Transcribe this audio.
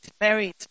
married